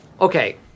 Okay